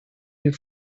you